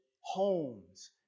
homes